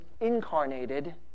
incarnated